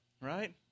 right